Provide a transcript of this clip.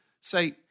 say